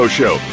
show